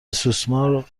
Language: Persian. سوسمار